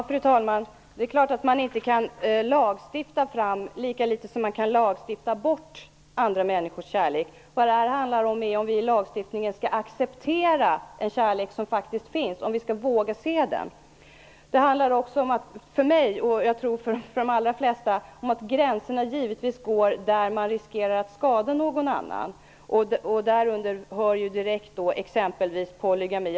Fru talman! Det är klart att det inte går att lagstifta fram, lika litet som det går att lagstifta bort, andra människors kärlek. Det handlar om huruvida vi i lagstiftningen skall acceptera den kärlek som faktiskt finns och om vi skall våga se den. För mig, och jag tror för de allra flesta, handlar det hela om att gränserna givetvis går där man riskerar att skada någon annan. Dit hör t.ex. polygami.